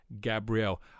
Gabrielle